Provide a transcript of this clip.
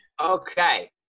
Okay